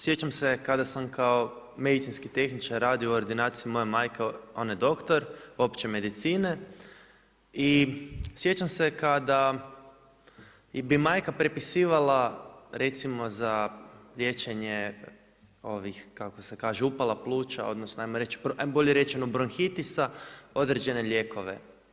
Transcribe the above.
Sjećam se kada sam kao medicinski tehničar radio u ordinaciji moje majke, ona je doktor opće medicine i sjećam se kada bi majka prepisivala recimo za liječenje, ovih kako se kaže, upala pluća, odnosno, bolje rečeno bronhitisa određene lijekove.